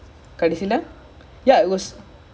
ya no second one was a